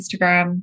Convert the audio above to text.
Instagram